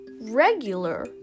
regular